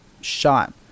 shot